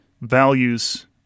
values